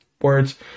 words